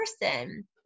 person